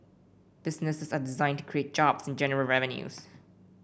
businesses are designed to create jobs and generate revenues